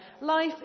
Life